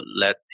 let